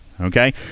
okay